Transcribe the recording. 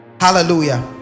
hallelujah